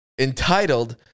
entitled